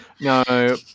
No